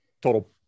total